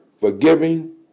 forgiving